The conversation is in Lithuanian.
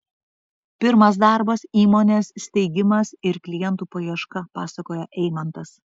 pirmas darbas įmonės steigimas ir klientų paieška pasakoja eimantas